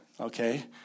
okay